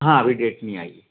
हाँ अभी डेट नहीं आई